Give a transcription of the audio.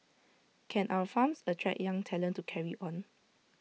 can our farms attract young talent to carry on